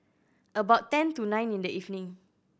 about ten to nine in the evening